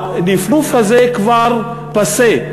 הנפנוף הזה כבר פאסה.